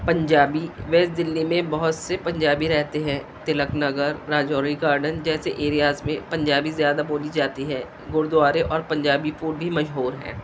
Punjabi west Delhi میں بہت سے پنجابی رہتے ہیں تلک نگر راجوری گارڈن جیسے ایریاز میں پنجابی زیادہ بولی جاتی ہے گرودوارے اور پنجابی پور بھی مشہور ہیں